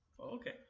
Okay